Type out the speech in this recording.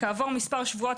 כעבור מספר שבועות,